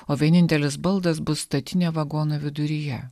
o vienintelis baldas bus statinė vagono viduryje